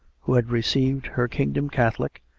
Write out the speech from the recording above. who had received her kingdom catholic,